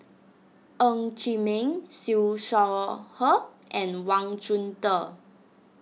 Ng Chee Meng Siew Shaw Her and Wang Chunde